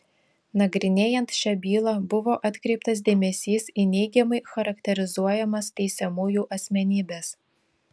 nagrinėjant šią bylą buvo atkreiptas dėmesys į neigiamai charakterizuojamas teisiamųjų asmenybes